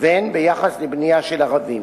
והן ביחס לבנייה של ערבים.